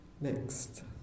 next